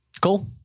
Cool